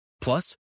Plus